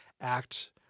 act